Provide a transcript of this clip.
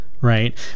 right